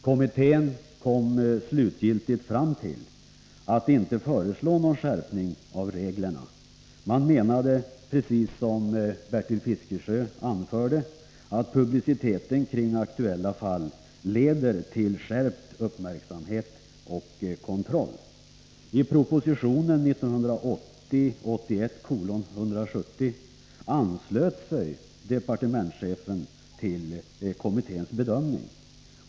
Kommittén kom slutligen fram till att inte föreslå någon skärpning av reglerna. Man menade, precis som Bertil Fiskesjö anförde, att publiciteten kring aktuella fall leder till skärpt uppmärksamhet och kontroll. I propositionen, 1980/81:170, anslöt sig departementschefen till kommitténs bedömning.